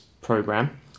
program